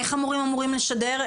איך המורים אמורים לשדר,